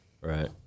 Right